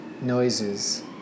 noises